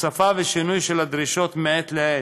הוספה ושינוי של הדרישות מעת לעת,